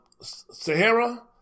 Sahara